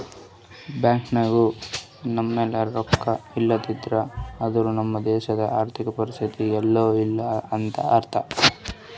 bank ನಾಗ್ ಎನಾರೇ ರೊಕ್ಕಾ ಇದ್ದಿದ್ದಿಲ್ಲ ಅಂದುರ್ ನಮ್ದು ದೇಶದು ಆರ್ಥಿಕ್ ಪರಿಸ್ಥಿತಿ ಛಲೋ ಇಲ್ಲ ಅಂತ ಅರ್ಥ